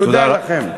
תודה לכם.